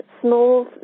small